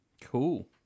Cool